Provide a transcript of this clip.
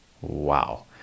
Wow